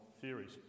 theories